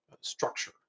structure